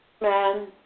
man